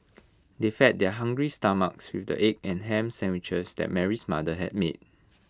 they fed their hungry stomachs with the egg and Ham Sandwiches that Mary's mother had made